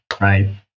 right